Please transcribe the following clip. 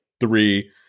three